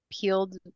peeled